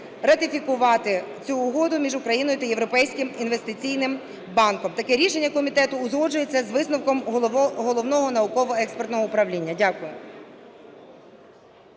ратифікувати цю угоду між Україною та Європейським інвестиційним банком. Таке рішення комітету узгоджується з висновком Головного науково-експертного управління. Дякую.